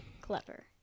Clever